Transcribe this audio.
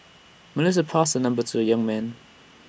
Melissa passed her number to the young man